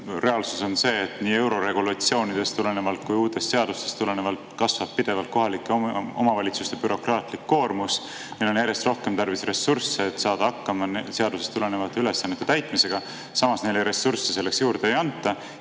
Reaalsus on see, et nii euroregulatsioonidest tulenevalt kui ka uutest seadustest tulenevalt kasvab pidevalt kohalike omavalitsuste bürokraatlik koormus. Neil on järjest rohkem tarvis ressursse, et saada hakkama seadusest tulenevate ülesannete täitmisega. Samas neile ressursse selleks juurde ei anta.